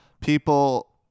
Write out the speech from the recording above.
people